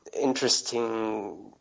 interesting